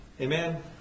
amen